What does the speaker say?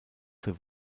für